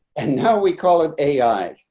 and now we call it ai.